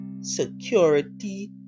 Security